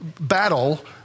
battle